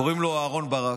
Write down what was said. קוראים לו אהרן ברק.